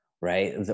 right